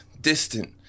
distant